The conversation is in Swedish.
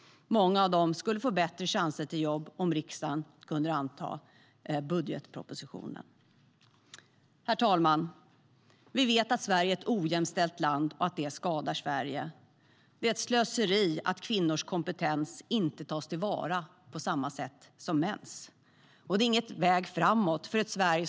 Många av dem skulle få bättre chanser till jobb om riksdagen antog budgetpropositionen. Herr talman! Vi vet att Sverige är ett ojämställt land och att det skadar Sverige. Det är ett slöseri att kvinnors kompetens inte tas till vara på samma sätt som mäns. Det är ingen väg framåt för Sverige.